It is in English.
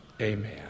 amen